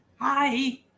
hi